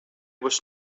was